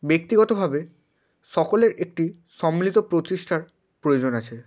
ব্যক্তিগতভাবে সকলের একটি সম্মিলিত প্রচেষ্টার প্রয়োজন আছে